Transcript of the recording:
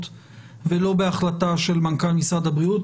ולא בהחלטה של מנכ"ל משרד הבריאות.